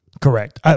Correct